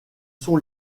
son